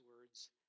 words